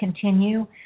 continue